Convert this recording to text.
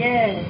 Yes